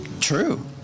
true